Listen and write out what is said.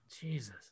Jesus